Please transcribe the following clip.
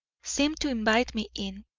seemed to invite me in,